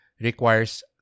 requires